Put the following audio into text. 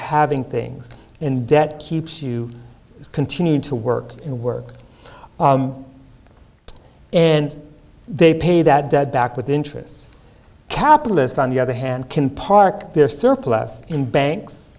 having things in debt keeps you continue to work and work and they pay that debt back with interest capitalists on the other hand can park their surplus in banks